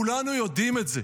כולנו יודעים את זה,